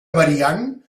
variant